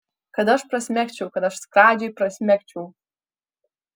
kad aš prasmegčiau kad aš skradžiai prasmegčiau